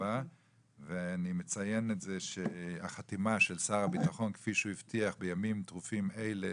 אני מציין את זה שהחתימה של שר הביטחון כפי שהבטיח בימים טרופים אלה,